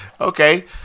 okay